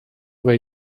way